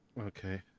Okay